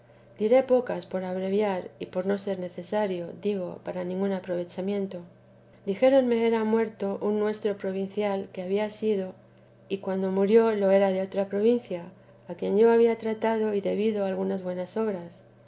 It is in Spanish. diré pocas por abriar y por no ser necesario digo por ningún aprovechamiento dijéronme era muerto un nuestro provincial que había sido y cuando murió lo era de otra provincia a quien yo había tratado y debido algunas buenas obras